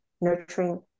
nurturing